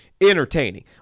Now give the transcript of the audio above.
Entertaining